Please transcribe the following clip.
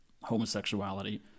homosexuality